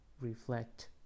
reflect